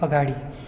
अगाडि